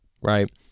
right